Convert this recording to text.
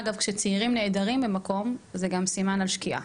אגב, כשצעירים נעדרים ממקום, זה גם סימן לשקיעה.